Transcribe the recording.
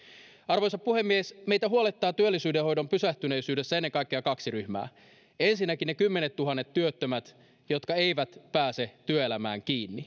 arvoisa puhemies meitä huolettaa työllisyyden hoidon pysähtyneisyydessä ennen kaikkea kaksi ryhmää ensinnäkin ne kymmenet tuhannet työttömät jotka eivät pääse työelämään kiinni